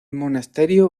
monasterio